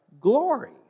glory